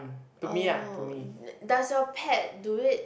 oh does your pet do it